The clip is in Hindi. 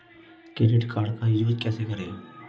क्रेडिट कार्ड का यूज कैसे करें?